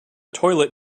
toilet